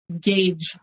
gauge